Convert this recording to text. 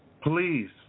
please